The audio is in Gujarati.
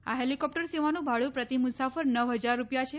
આ હેલીકોપ્ટર સેવાનું ભાડુ પ્રતિ મુસાફર નવ હજાર રૂપિયા છે